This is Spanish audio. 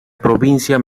provincia